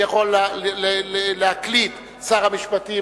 אני יכול להקליד "שר המשפטים",